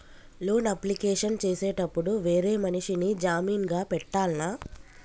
Loan application చేసేటప్పుడు వేరే మనిషిని జామీన్ గా పెట్టాల్నా?